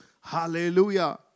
Hallelujah